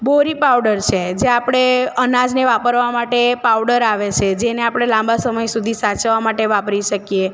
બોરી પાવડર છે જે આપણે અનાજને વાપરવા માટે પાઉડર છે જેને આપણે લાંબા સમય સુધી સાચવવા માટે વાપરી શકીએ